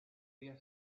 dia